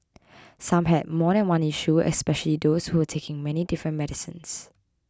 some had more than one issue especially those who were taking many different medicines